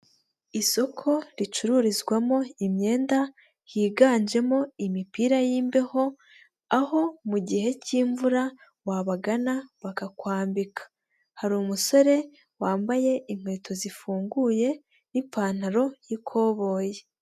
Isoko ricururizwamo imyenda yiganjemo imipira y'imbeho, aho mu gihe cy'imvura wabagana bakakwambika. Hari umusore wambaye inkweto zifunguye n'ipantaro y'ikoboyi.